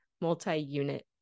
multi-unit